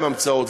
הן המצאות.